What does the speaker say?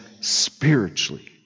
spiritually